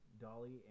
dolly